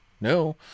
No